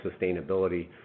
sustainability